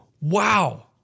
Wow